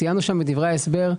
ציינו בדברי ההסבר.